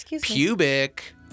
pubic